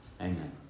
Amen